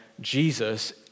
Jesus